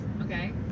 Okay